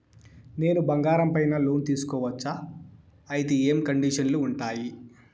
నేను బంగారం పైన లోను తీసుకోవచ్చా? అయితే ఏ కండిషన్లు ఉంటాయి?